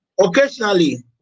Occasionally